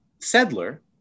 settler